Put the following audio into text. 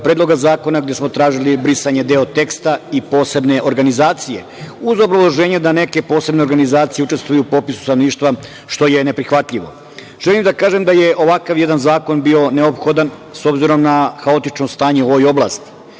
Predloga zakona gde smo tražili brisanje deo teksta „i posebne organizacije“, uz obrazloženje da neke posebne organizacije učestvuju u popisu stanovništva što je neprihvatljivo. Želim da kažem da je ovakav jedan zakon bio neophodan, s obzirom na haotično stanje u ovoj oblasti